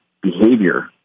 behavior